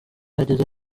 ageze